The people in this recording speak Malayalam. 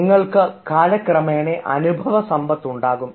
നിങ്ങൾക്ക് കാലക്രമേണ അനുഭവസമ്പത്ത് ഉണ്ടാകും